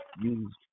use